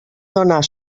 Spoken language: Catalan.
donar